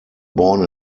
born